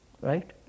right